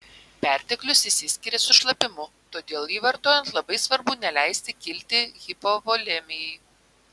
perteklius išsiskiria su šlapimu todėl jį vartojant labai svarbu neleisti kilti hipovolemijai